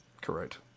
Correct